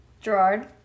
Gerard